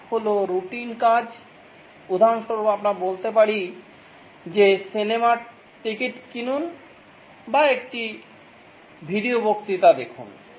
task হল routine কাজ উদাহরণস্বরূপ আমরা বলতে পারি যে সিনেমার টিকিট কিনুন বা একটি ভিডিও বক্তৃতা দেখুন